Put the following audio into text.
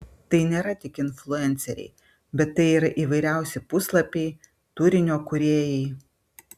tai nėra tik influenceriai bet tai yra įvairiausi puslapiai turinio kūrėjai